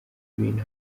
bintu